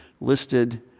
listed